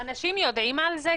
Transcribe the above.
אנשים יודעים על זה?